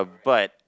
but